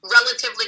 relatively